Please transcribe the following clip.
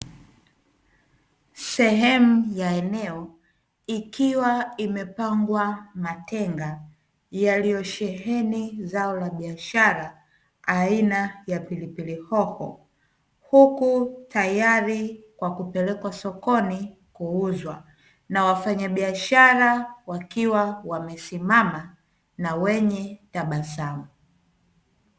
Sehemu ya eneo ikiwa na imepangwa matenga yaliyosheheni zao la biashara aina ya pilipili hoho. Huku tayari kwa kupeleka sokoni kuuzwa na wafanyabiashara wakiwa wamesimama na wenye tabasamu.